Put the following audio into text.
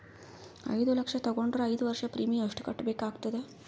ಐದು ಲಕ್ಷ ತಗೊಂಡರ ಐದು ವರ್ಷದ ಪ್ರೀಮಿಯಂ ಎಷ್ಟು ಕಟ್ಟಬೇಕಾಗತದ?